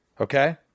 Okay